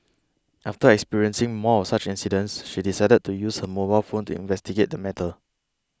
after experiencing more of such incidents she decided to use her mobile phone to investigate the matter